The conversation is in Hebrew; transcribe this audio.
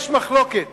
יש מחלוקת